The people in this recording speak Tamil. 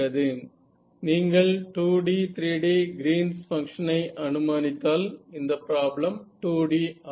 நீங்கள் 2D 3D Green's function Green's function ஐ அனுமானித்தால் இந்த பிராப்ளம் 2D ஆகும்